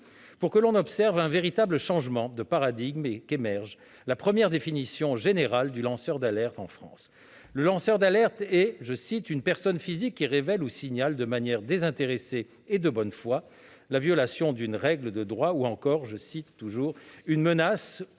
pour que l'on observe un véritable changement de paradigme et qu'émerge la première définition générale du lanceur d'alerte en France : le lanceur d'alerte est « une personne physique qui révèle ou signale, de manière désintéressée et de bonne foi » la violation d'une règle de droit, ou encore « une menace